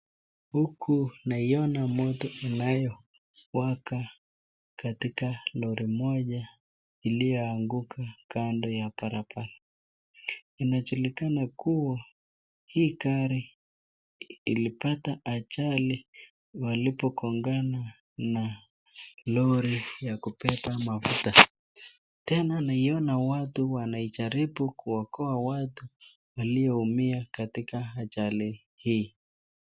Huku naiona moto inayowaka katika lori moja iliyoanguka kando ya barabara. Inajulikana kuwa hii gari ilipata ajali walipogongana na lori ya kubeba mafuta. Tena naiona watu wanaijaribu kuokoa watu walioumia katika ajali hii.